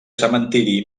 cementiri